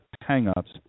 hang-ups